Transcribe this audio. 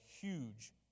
huge